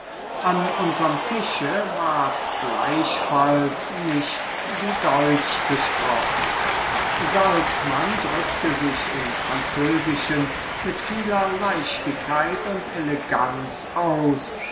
an unserm tische ward gleichfalls nichts wie deutsch gesprochen salzmann drückte sich im französischen mit vieler leichtigkeit und eleganz aus